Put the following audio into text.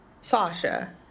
Sasha